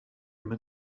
llawr